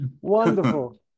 wonderful